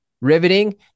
riveting